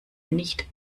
nicht